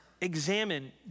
examine